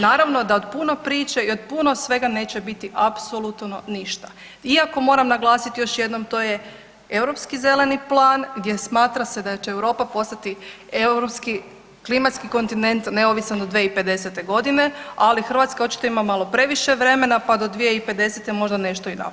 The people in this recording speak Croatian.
Naravno da od puno priče i od puno svega neće biti apsolutno ništa iako moram naglasit još jednom to je Europski zeleni plan gdje smatra se da će Europa postati europski klimatski kontinent neovisan do 2050.g., ali Hrvatska očito ima malo previše vremena, pa do 2050. možda nešto i napravimo.